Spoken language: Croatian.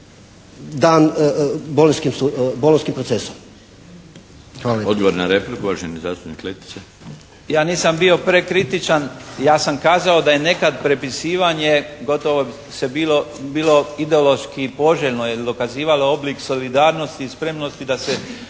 dan bolonjskim procesom.